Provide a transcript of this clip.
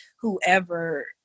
whoever